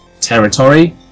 territory